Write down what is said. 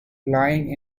lying